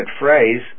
phrase